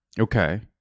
Okay